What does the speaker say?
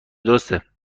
درسته